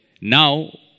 Now